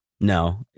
No